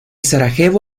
sarajevo